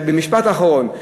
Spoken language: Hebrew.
במשפט אחרון,